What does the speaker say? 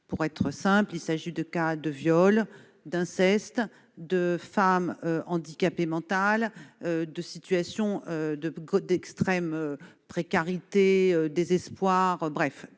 Pour faire simple, il s'agit de cas de viols, d'incestes, de femmes handicapées mentales, de situations d'extrême précarité ou de désespoir :